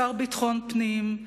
השר לביטחון פנים,